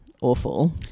awful